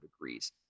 degrees